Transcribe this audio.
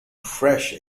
fresh